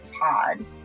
Pod